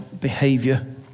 behavior